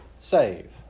save